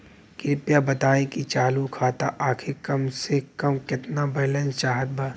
कृपया बताई कि चालू खाता खातिर कम से कम केतना बैलैंस चाहत बा